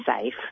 safe